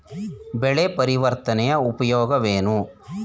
ಬೆಳೆ ಪರಿವರ್ತನೆಯ ಉಪಯೋಗವೇನು?